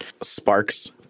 sparks